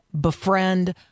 befriend